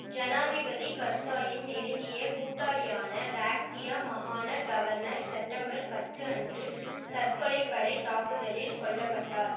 ஜனாதிபதி கர்சாயின் நெருங்கிய கூட்டாளியான பாக்டியா மகாண கவர்னர் செப்டம்பர் பத்து அன்று தற்கொலைப் படைத் தாக்குதலில் கொல்லப்பட்டார்